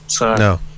No